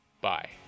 Bye